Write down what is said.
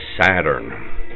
Saturn